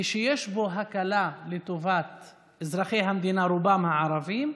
ושיש בו הקלה לטובת אזרחי המדינה, רובם ערבים,